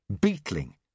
beetling